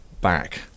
back